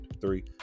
three